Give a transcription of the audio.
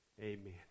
Amen